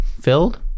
Filled